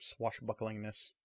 swashbucklingness